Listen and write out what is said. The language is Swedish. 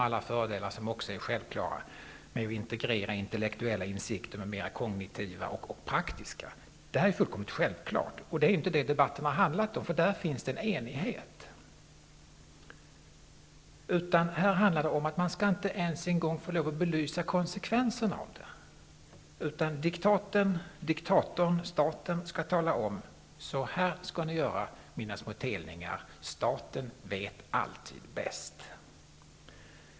Man kan också nämna alla självklara fördelar som integrering av intellektuella insikter med praktiska. Det är fullkomligt självklart, och det är inte det debatten har handlat om, för där finns en enighet. Här handlar det om att man inte ens en gång får lov att belysa konsekvenserna. Diktatorn, staten, skall i stället tala om: Så här skall ni göra, mina små telningar. Staten vet alltid bäst.